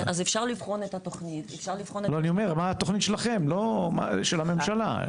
מה התוכנית שלכם של הממשלה?